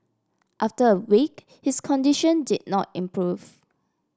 after a week his condition did not improve